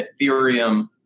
Ethereum